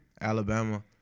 Alabama